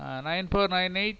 nine four nine eight